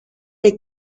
les